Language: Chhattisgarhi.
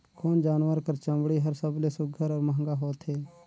कोन जानवर कर चमड़ी हर सबले सुघ्घर और महंगा होथे?